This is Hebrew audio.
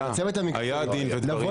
לבוא